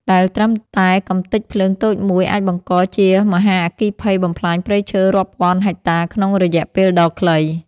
ដែលត្រឹមតែកម្ទេចភ្លើងតូចមួយអាចបង្កជាមហាអគ្គីភ័យបំផ្លាញព្រៃឈើរាប់ពាន់ហិកតាក្នុងរយៈពេលដ៏ខ្លី។